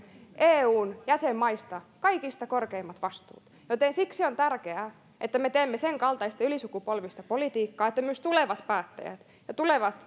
eun jäsenmaista kaikista korkeimmat vastuut joten siksi on tärkeää että me teemme senkaltaista ylisukupolvista politiikkaa että myös tulevat päättäjät ja tulevat